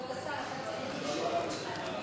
(היוועצות עם עורך-דין בעבירות ביטחון),